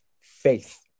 faith